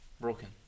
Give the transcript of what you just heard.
broken